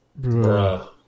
Bruh